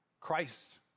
Christ